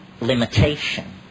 limitation